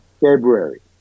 February